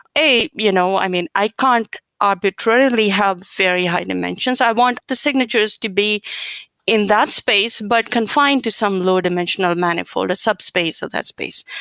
a, you know i mean, i can't arbitrarily have very dimensions. i want the signatures to be in that space, but confined to some lower dimensional manifold, a subspace of that space.